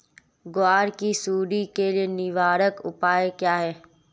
ग्वार की सुंडी के लिए निवारक उपाय क्या है?